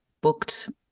booked